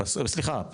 סליחה,